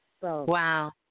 Wow